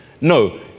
No